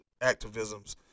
activisms